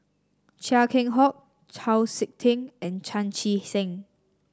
Chia Keng Hock Chau SiK Ting and Chan Chee Seng